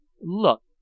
Look